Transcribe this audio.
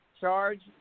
charge